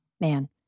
Man